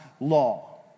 law